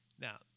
Now